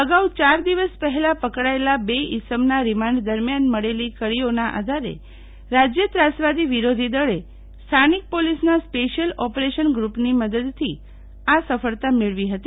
અગાઉ યાર દિવસ પહેલા પકડાયેલા બે ઇસમોના રિમાન્ઠ દરમિયાન મળેલી કડીઓના આધારે રાજ્ય ત્રાસવાદી વિરોધી દળે સ્થાનિક પોલીસના સ્પેશિયલ ઓપરેશન ગ્રુપની મદદથી આ સફળતા મેળવી હતી